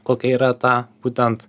kokia yra ta būtent